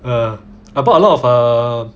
uh I bought of err